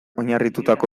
oinarritutako